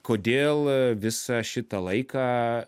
kodėl visą šitą laiką